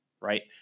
right